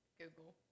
Google